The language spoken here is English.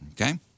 Okay